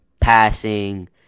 passing